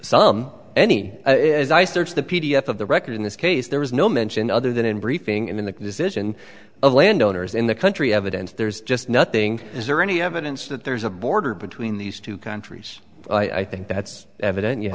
some any as i searched the p d f of the record in this case there was no mention other than in briefing in the decision of landowners in the country evidence there's just nothing is there any evidence that there's a border between these two countries i think that's evident you